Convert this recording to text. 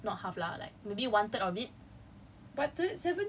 three of you like make up like half not half lah like maybe one third of it